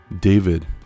David